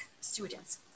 students